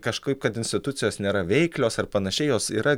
kažkaip kad institucijos nėra veiklios ar panašiai jos yra